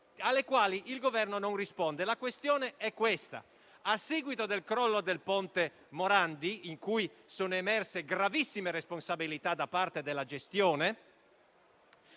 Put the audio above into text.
alle quali il Governo non risponde. La questione è questa: a seguito del crollo del ponte Morandi, in cui sono emerse gravissime responsabilità da parte della gestione,